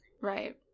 Right